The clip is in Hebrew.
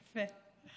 יפה.